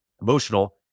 emotional